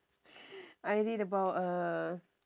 I read about uh